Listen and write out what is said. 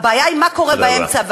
הבעיה היא מה קורה באמצע, תודה רבה.